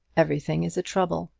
everything is a trouble,